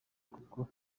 kuko